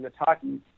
Nataki